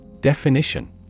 Definition